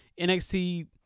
NXT